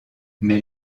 mais